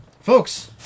Folks